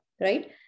right